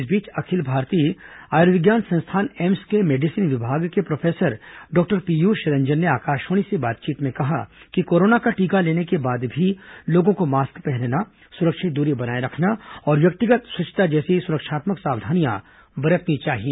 इस बीच अखिल भारतीय आयुर्विज्ञान संस्थान एम्स के मेडिसिन विभाग के प्रोफेसर डॉक्टर पीयूष रंजन ने आकाशवाणी से बातचीत में कहा कि कोरोना का टीका लेने के बाद भी लोगों को मास्क पहनना सु्रक्षित दूरी बनाए रखना और व्यक्तिगत स्वच्छता जैसी सुरक्षात्मक सावधानियां बरतनी चाहिए